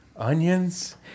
onions